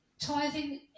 tithing